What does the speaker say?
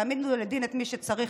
תעמידו לדין את מי שצריך,